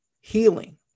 healing